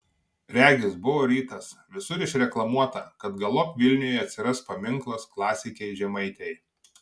regis buvo rytas visur išreklamuota kad galop vilniuje atsiras paminklas klasikei žemaitei